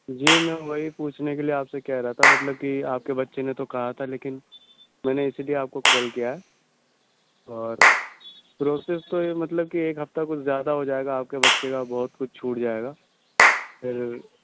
جی میں وہی پوچھنے کے لیے آپ سے کہہ رہا تھا مطلب کہ آپ کے بچے نے تو کہا تھا لیکن میں نے اسی لیے آپ کو کال کیا ہے اور پروسز تو یہ مطلب کہ ایک ہفتہ کچھ زیادہ ہو جائے گا آپ کے بچے کا بہت کچھ چھوٹ جائے گا پھر